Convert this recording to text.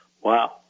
Wow